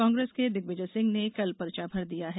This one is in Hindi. कांग्रेस के दिग्विजय सिंह ने कल पर्चा भर दिया है